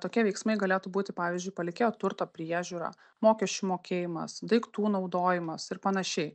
tokie veiksmai galėtų būti pavyzdžiui palikėjo turto priežiūra mokesčių mokėjimas daiktų naudojimas ir panašiai